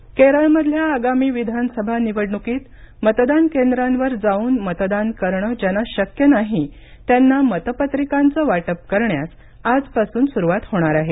केरळ निवडणूक केरळमधल्या आगामी विधानसभा निवडणुकीत मतदान केंद्रांवर जाऊन मतदान करण ज्यांना शक्य नाही त्यांना मतपत्रिकांचं वाटप करण्यास आजपासून सुरुवात होणार आहे